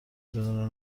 بدون